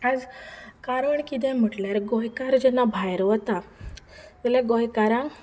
आज कारण कितें म्हटल्यार गोंयकार जेन्ना भायर वता जाल्यार गोंयकारांक